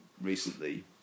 recently